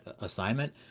assignment